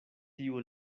tiu